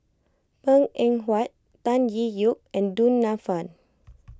Png Eng Huat Tan Tee Yoke and Du Nanfa